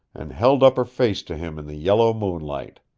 and held up her face to him in the yellow moon-light.